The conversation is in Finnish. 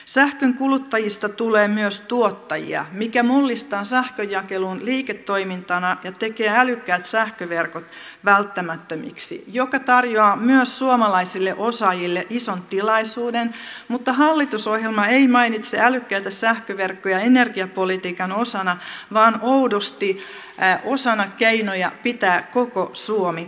sähkön kuluttajista tulee myös tuottajia mikä mullistaa sähkönjakelun liiketoimintana ja tekee älykkäät sähköverkot välttämättömiksi mikä tarjoaa myös suomalaisille osaajille ison tilaisuuden mutta hallitusohjelma ei mainitse älykkäitä sähköverkkoja energiapolitiikan osana vaan oudosti osana keinoja pitää koko suomi asuttuna